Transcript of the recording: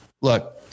look